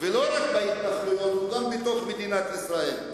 ולא רק בהתנחלויות, הוא גם בתוך מדינת ישראל.